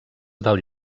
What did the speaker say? del